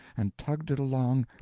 and tugged it along,